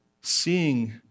seeing